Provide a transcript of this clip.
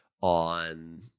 on